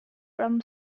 from